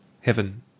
Heaven